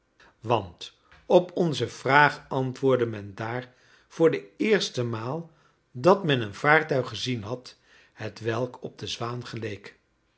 want op onze vraag antwoordde men daar voor de eerste maal dat men een vaartuig gezien had hetwelk op de zwaan geleek